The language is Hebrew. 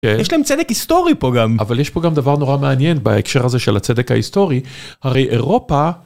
יש להם צדק היסטורי פה גם אבל יש פה גם דבר נורא מעניין בהקשר הזה של הצדק ההיסטורי הרי אירופה.